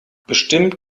bestimmt